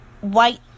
white